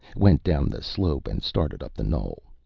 went down the slope and started up the knoll.